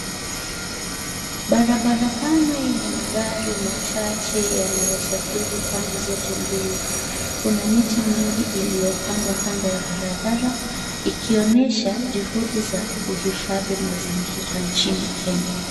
Barabara pana yenye magari machache yanayosafiri pande zote mbili. Kuna miti mingi iliyopandwa kando ya barabara ikionesha juhudi za kuhifadhi mazingira nchini Kenya.